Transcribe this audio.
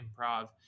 improv